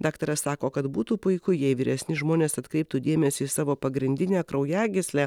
daktaras sako kad būtų puiku jei vyresni žmonės atkreiptų dėmesį į savo pagrindinę kraujagyslę